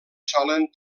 solen